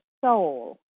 soul